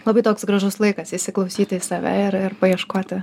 labai toks gražus laikas įsiklausyti į save ir ir paieškoti